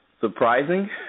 surprising